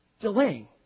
delaying